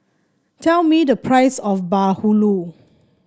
tell me the price of bahulu